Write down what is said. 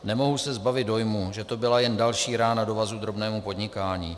Nemohu se zbavit dojmu, že to byla jen další rána do vazu drobnému podnikání.